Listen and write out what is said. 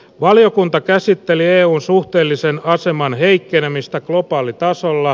valiokunta käsitteli eun suhteellisen aseman heikkenemistä globaalitasolla